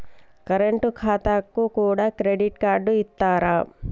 Current ఖాతాకు కూడా credit card ఇత్తరా?